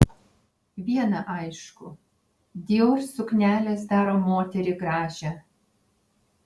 viena aišku dior suknelės daro moterį gražią